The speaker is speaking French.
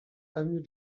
avenue